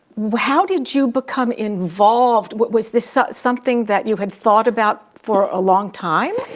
how did you become involved? was this ah something that you had thought about for a long time?